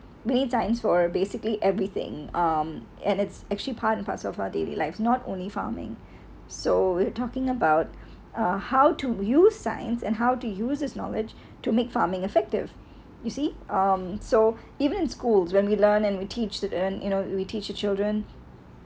we need science for basically everything um and it's actually parts of our daily life not only farming so we're talking about uh how to use science and how to use this knowledge to make farming effective you see um so even in schools when we learn and we teach children you know we teach your children